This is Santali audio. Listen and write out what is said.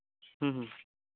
ᱦᱮᱸ ᱦᱮᱸ